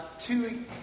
two